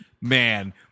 Man